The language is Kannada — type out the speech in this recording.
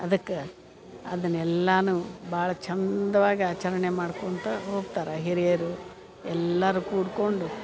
ಅದಕ್ಕೆ ಅದನ್ನೆಲ್ಲನೂ ಭಾಳ ಚಂದ್ವಾಗಿ ಆಚರಣೆ ಮಾಡ್ಕೊತ ಹೋಗ್ತಾರ ಹಿರಿಯರು ಎಲ್ಲರೂ ಕೂಡಿಕೊಂಡು